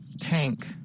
Tank